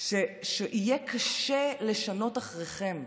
שיהיה קשה לשנות אחריכם.